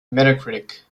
metacritic